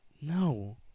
No